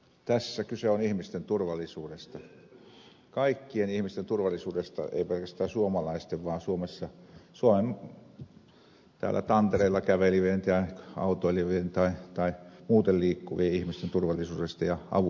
tässä kyse on ihmisten turvallisuudesta kaikkien ihmisten turvallisuudesta ei pelkästään suomalaisten vaan täällä suomen tantereella kävelevien autoilevien tai muuten liikkuvien ihmisten turvallisuudesta ja avun saannista